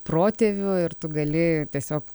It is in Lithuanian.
protėvių ir tu gali tiesiog